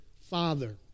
father